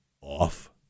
off